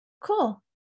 cool